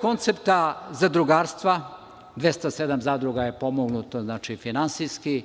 koncepta zadrugarstva, 207 zadruga je pomognuto finansijski,